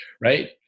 Right